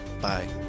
Bye